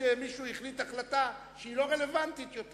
שמישהו החליט החלטה שהיא לא רלוונטית יותר?